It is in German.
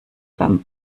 beim